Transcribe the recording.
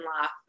laugh